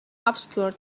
obscure